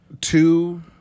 two